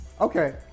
Okay